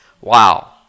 Wow